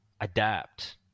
adapt